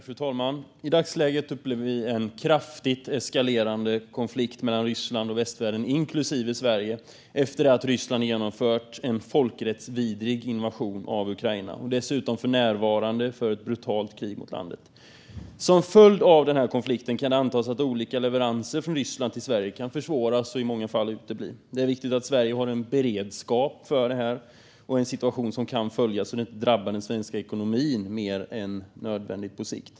Fru talman! I dagsläget upplever vi en kraftigt eskalerande konflikt mellan Ryssland och västvärlden, inklusive Sverige, efter det att Ryssland genomfört en folkrättsvidrig invasion av Ukraina och dessutom för närvarande för ett brutalt krig mot landet. Som följd av denna konflikt kan det antas att olika leveranser från Ryssland till Sverige kan försvåras och i många fall utebli. Det är viktigt att Sverige har en beredskap för detta och för den situation som kan följa, så att det inte drabbar den svenska ekonomin mer än nödvändigt på sikt.